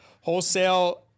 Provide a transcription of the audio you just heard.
Wholesale